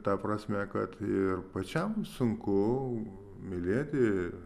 ta prasme kad ir pačiam sunku mylėti